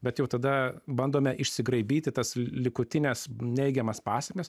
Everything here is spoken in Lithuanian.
bet jau tada bandome išsikraipyti tas likutines neigiamas pasekmes